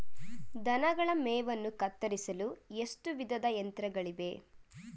ದನಗಳ ಮೇವನ್ನು ಕತ್ತರಿಸಲು ಎಷ್ಟು ವಿಧದ ಯಂತ್ರಗಳಿವೆ?